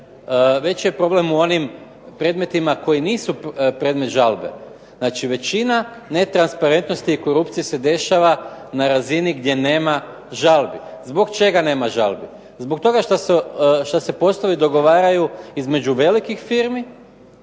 veći je problem u onim predmetima koji nisu predmet žalbe. Znači, većina netransparentnosti i korupcije se dešava na razini gdje nema žalbi. Zbog čega nema žalbi? Zbog toga što se poslovi dogovaraju između velikih firmi.